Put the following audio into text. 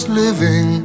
living